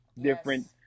different